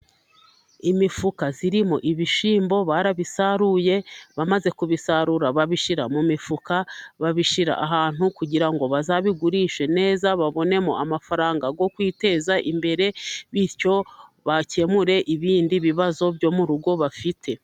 Imifuka irimo ibishyimbo barabisaruye, bamaze kubisarura babishyira mu mifuka, babishyira ahantu, kugira ngo bazabigurishe neza, babonemo amafaranga yo kwiteza imbere, bityo bakemure ibindi bibazo byo mu rugo bafite.